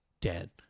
dead